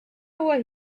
were